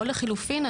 או לחילופין,